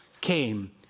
came